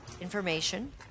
information